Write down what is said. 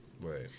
Right